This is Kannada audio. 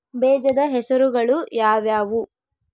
ಬೇಜದ ಹೆಸರುಗಳು ಯಾವ್ಯಾವು?